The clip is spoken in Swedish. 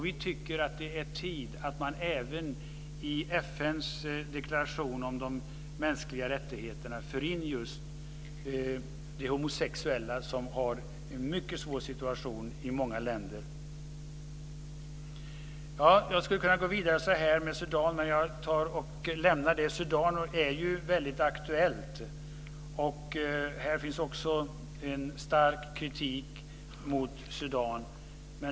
Vi tycker att det är tid att även i FN:s deklaration om de mänskliga rättigheterna föra in just de homosexuella, som har en mycket svår situation i många länder. Jag skulle kunna gå vidare med Sudan. Sudan är aktuellt. Här finns också en stark kritik mot Sudan.